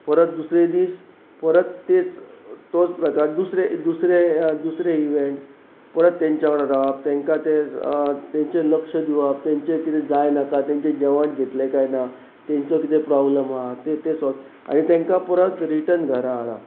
परत दुसरे दीस परत तेच तोच प्रकार दुसरे दुसरे दुसरे इवेंट परत तेंच्या वांगडा रावप तांकां ते तेंचे लक्ष दिवप तेंचें कितें जाय नाका तेंचें जेवण घेतलें काय ना तेंचो कितें प्रोब्लम आसा तें तें सोल्व आनी तांकां परत रिटर्न घरा हाडप